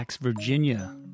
Virginia